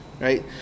right